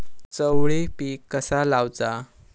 चवळी पीक कसा लावचा?